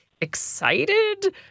excited